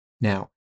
Now